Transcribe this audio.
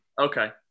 okay